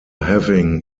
having